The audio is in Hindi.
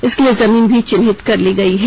इसके लिए जमीन भी चिन्हित कर लिया गया है